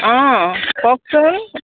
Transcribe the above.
অঁ কওকচোন